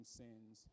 sins